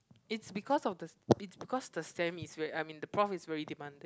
it's because of the s~ it's because the sem is very I mean the prof is very demanding